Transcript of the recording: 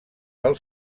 del